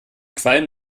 qualm